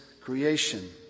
creation